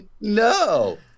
no